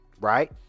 Right